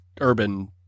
urban